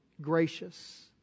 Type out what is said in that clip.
gracious